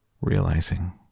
realizing